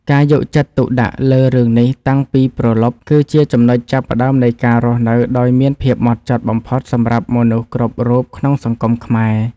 ការយកចិត្តទុកដាក់លើរឿងនេះតាំងពីព្រលប់ គឺជាចំណុចចាប់ផ្តើមនៃការរស់នៅដោយមានភាពហ្មត់ចត់បំផុតសម្រាប់មនុស្សគ្រប់រូបក្នុងសង្គមខ្មែរ។